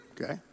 okay